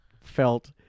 felt